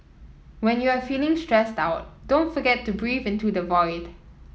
when you are feeling stressed out don't forget to breathe into the void